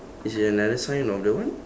it's in another side of the what